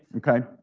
okay,